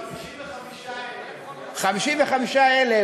55,000. 55,000,